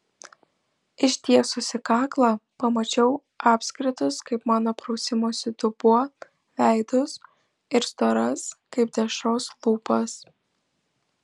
ištiesusi kaklą pamačiau apskritus kaip mano prausimosi dubuo veidus ir storas kaip dešros lūpas